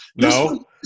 No